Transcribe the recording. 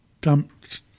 dumped